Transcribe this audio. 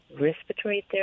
respiratory